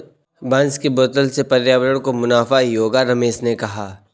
बांस के बोतल से पर्यावरण को मुनाफा ही होगा रमेश ने कहा